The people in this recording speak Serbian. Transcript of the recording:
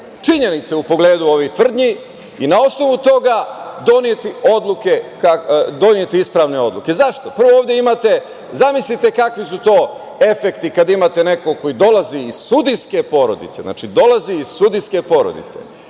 činjenice u pogledu ovih tvrdnji i na osnovu toga doneti ispravne odluke. Zašto? Pa, zamislite kakvi su to efekti kada imate nekog koji dolazi iz sudijske porodice. Znači, dolazi iz sudijske porodice. Čovek